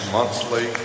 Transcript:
Monthly